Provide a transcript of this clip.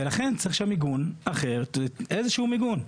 ולכן, צריך שם מיגון, אחר, איזשהו מיגון.